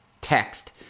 text